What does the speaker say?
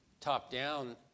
top-down